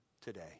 today